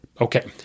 Okay